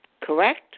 correct